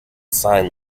sign